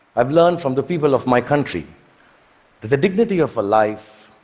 i've learned from the people of my country that the dignity of a life,